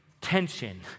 tension